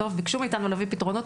ביקשו מאיתנו להביא פתרונות.